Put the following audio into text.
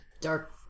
dark